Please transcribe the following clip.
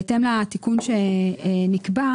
בהתאם לתיקון שנקבע,